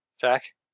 Zach